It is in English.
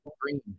green